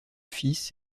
fils